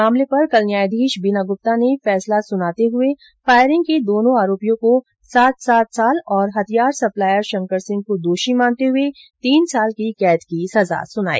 मामले पर कल न्यायाधीश बीना गुप्ता ने फैसला सुनाते हुए फायरिंग के दोनों आरोपियों को सात सात साल कैद तथा हथियार सप्लायर शंकरसिंह को दोषी मानते हुए तीन साल की कैद की सजा सुनाई